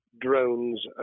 drones